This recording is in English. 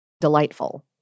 delightful